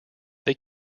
they